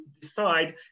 decide